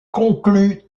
conclut